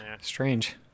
Strange